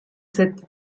cette